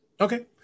Okay